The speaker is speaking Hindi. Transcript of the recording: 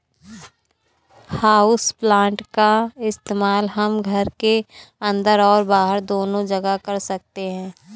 हाउसप्लांट का इस्तेमाल हम घर के अंदर और बाहर दोनों जगह कर सकते हैं